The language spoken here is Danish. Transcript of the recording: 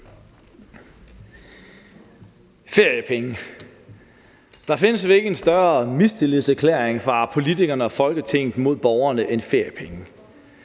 Feriepenge – der findes vel ikke en større mistillidserklæring fra politikerne og Folketinget mod borgerne end feriepenge.